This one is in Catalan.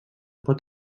pot